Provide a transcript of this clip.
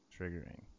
triggering